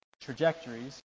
trajectories